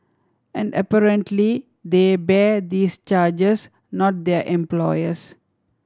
and apparently they bear these charges not their employers